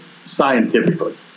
scientifically